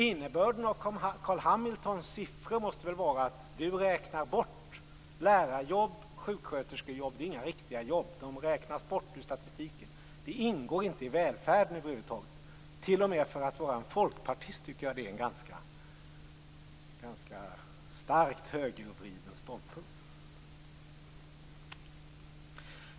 Innebörden av Carl B Hamiltons siffror måste väl vara att han räknar bort lärarjobb och sjuksköterskejobb. De är inga riktiga jobb. De räknas bort ur statistiken. De ingår inte i välfärden över huvud taget. T.o.m. för en folkpartist är det en ganska starkt högervriden ståndpunkt.